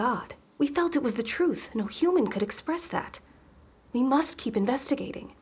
god we felt it was the truth no human could express that we must keep investigating